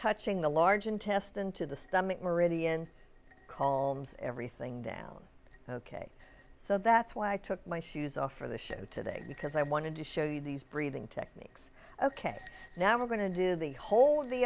touching the large intestine to the stomach meridian call everything down ok so that's why i took my shoes off for the show today because i wanted to show you these breathing techniques ok now we're going to do the whole the